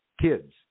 kids